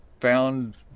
found